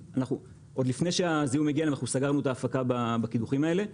עוד לפני שהזיהום הגיע אנחנו סגרנו את ההפקה בקידוחים האלה.